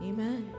Amen